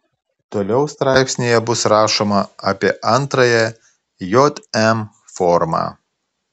toliau straipsnyje bus rašoma apie antrąją jm formą